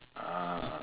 uh